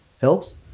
helps